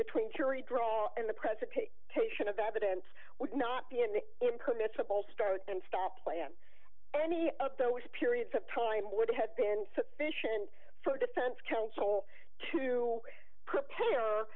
between jury draw and the present titian of evidence would not be in the impermissible start and stop plan any of those periods of time would have been sufficient for defense counsel to prepare